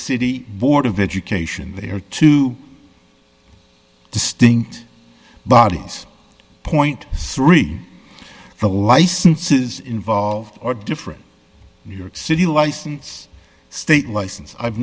city board of education they are two distinct bodies point three the licenses involved are different new york city license state license i've